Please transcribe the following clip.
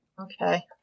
Okay